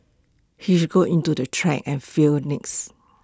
he should go into the track and field next